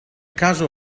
caso